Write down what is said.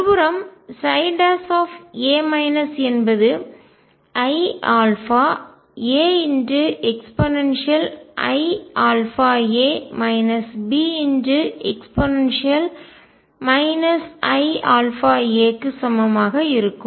மறுபுறம் ψஎன்பது iαAeiαa Be iαa க்கு சமமாக இருக்கும்